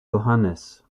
johannes